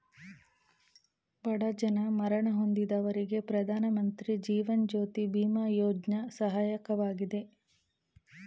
ಬಡ ಜನ ಮರಣ ಹೊಂದಿದವರಿಗೆ ಪ್ರಧಾನಮಂತ್ರಿ ಜೀವನ್ ಜ್ಯೋತಿ ಬಿಮಾ ಯೋಜ್ನ ಸಹಾಯಕವಾಗಿದೆ